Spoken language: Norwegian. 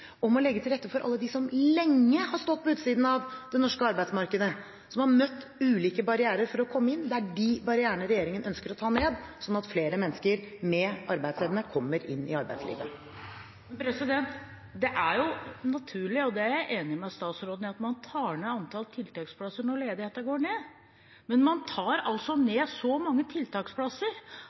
og fremst om å legge til rette for alle dem som lenge har stått på utsiden av det norske arbeidsmarkedet, som har møtt ulike barrierer for å komme inn. Det er de barrierene regjeringen ønsker å ta ned, slik at flere mennesker med arbeidsevne kommer i arbeid. Det er naturlig – og det er jeg enig med statsråden i – at man tar ned antall tiltaksplasser når ledigheten går ned, men man tar ned så mange tiltaksplasser